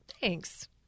Thanks